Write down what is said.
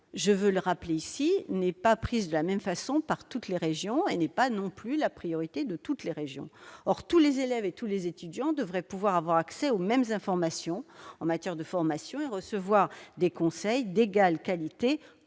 je le rappelle, n'est pas envisagée de la même façon par toutes les régions et n'est pas toujours leur priorité. Or tous les élèves et tous les étudiants devraient pouvoir avoir accès aux mêmes informations en matière de formation et recevoir des conseils d'égale qualité,